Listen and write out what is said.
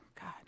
God